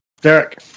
Derek